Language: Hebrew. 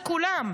זה כולם,